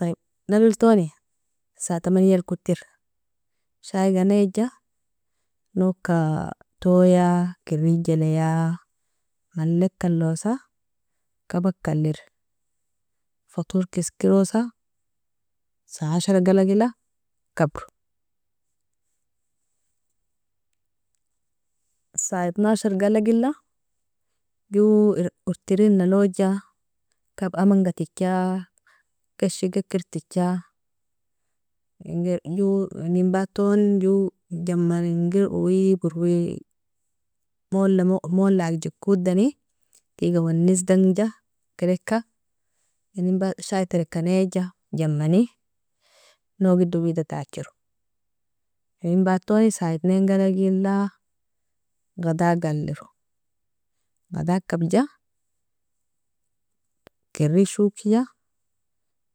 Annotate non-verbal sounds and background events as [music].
طيب nalulitoni saa tamanial kotir, shaiga naeja nogka toya kiri jeleya malek alosa, kabak allir, fatorka iskirosa saa عشرة galagila kabro, saa اتناشر galagila jo [hesitation] urtiri naloja [hesitation] amanga tijcha, gashiga ikira ticha, ingi jo inin baton jo jaman ingir uui borwi, [hesitation] mola agijekodani tiga wanisdangja kedika, inin batt shaitarika neja Jamani, nogido wida tachiro, inin batoni saa اتنين galagila, gadag alliro, gadag kabja kiri shokija,